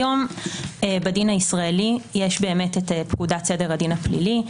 היום בדין הישראלי יש פקודת סדר הדין הפלילי,